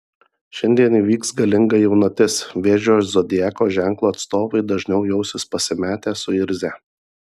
šiandien įvyks galinga jaunatis vėžio zodiako ženklo atstovai dažniau jausis pasimetę suirzę